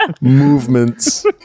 Movements